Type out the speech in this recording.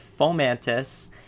Fomantis